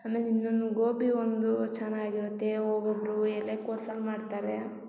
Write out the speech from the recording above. ಆಮೇಲೆ ಇನ್ನೊಂದು ಗೋಬಿ ಒಂದು ಚೆನ್ನಾಗಿರುತ್ತೆ ಒಬ್ಬೊಬ್ಬರು ಎಲೆ ಕೋಸಲ್ಲಿ ಮಾಡ್ತಾರೆ